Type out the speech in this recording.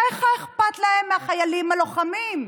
כך אכפת להם מהחיילים הלוחמים.